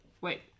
Wait